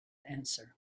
answer